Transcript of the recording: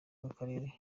w’akarere